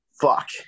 Fuck